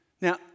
Now